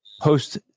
Post